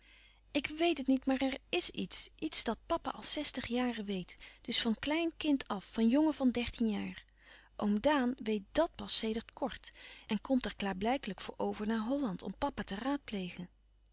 ik weet het niet maar er is iets iets dat papa al zestig jaren weet dus van klein kind af van jongen van dertien jaar oom daan weet dàt pas sedert kort en komt er klaarblijkelijk voor over naar holland om papa te raadplegen